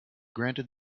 granted